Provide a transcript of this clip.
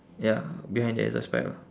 ya behind the exhaust pipe ah